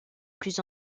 plus